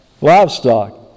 livestock